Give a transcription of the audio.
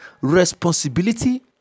responsibility